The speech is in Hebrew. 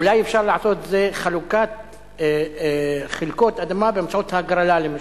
אולי אפשר לעשות את חלוקת חלקות האדמה באמצעות הגרלה למשל.